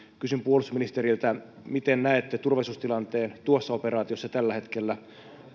kysyn puolustusministeriltä miten näette turvallisuustilanteen tuossa operaatiossa tällä hetkellä